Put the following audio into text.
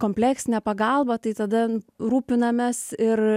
kompleksinę pagalbą tai tada rūpinamės ir